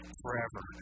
forever